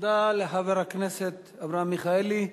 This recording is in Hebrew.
תודה לחבר הכנסת אברהם מיכאלי.